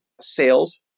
sales